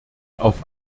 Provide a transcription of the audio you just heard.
auf